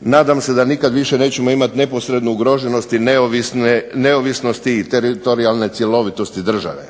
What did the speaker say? nadam se da nikad više nećemo imati neposrednu ugroženost neovisnosti teritorijalne cjelovitosti države.